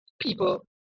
people